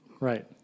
Right